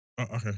okay